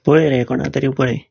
पळय रे कोणा तरी पळय